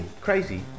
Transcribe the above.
crazy